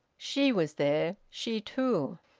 she was there, she too!